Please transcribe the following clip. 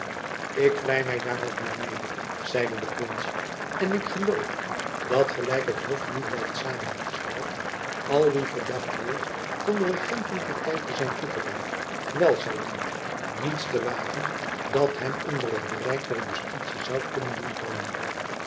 ik vlei my daar ook niet mede zeide de prins en ik geloof dat gelijk het hof nu blijft samengesteld al wie verdacht wordt van de regentenparty te zijn toegedaan wel zal doen niets te wagen dat hem onder het bereik der justitie zoû kunnen doen vallen